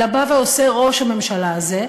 אלא שבא ועושה ראש הממשלה הזה,